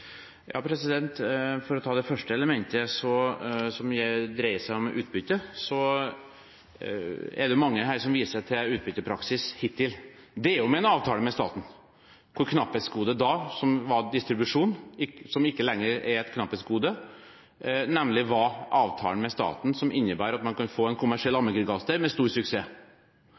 For å ta det første elementet som dreier seg om utbytte: Det er mange her som viser til utbyttepraksisen hittil – det er jo en avtale med staten. Knapphetsgodet da, som var distribusjon – det er ikke lenger et knapphetsgode – var nemlig avtalen med staten, som innebar at man kunne få en kommersiell allmennkringkaster med stor suksess.